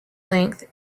length